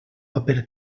paper